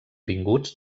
vinguts